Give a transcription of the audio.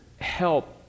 help